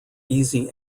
easy